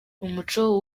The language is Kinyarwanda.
umuco